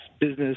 business